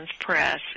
Press